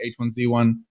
H1Z1